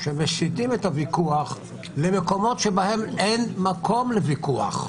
שמסיטים את הוויכוח למקומות שבהם אין מקום לוויכוח.